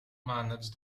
manage